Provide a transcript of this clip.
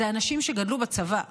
הם אנשים שגדלו בצבא.